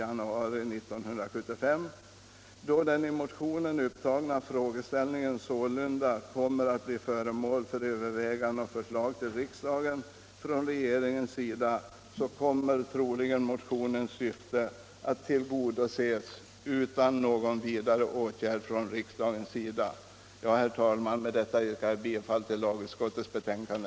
Jag tycker att han på ett bra sätt skildrar utskottets moderering när han säger följande: